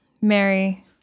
Mary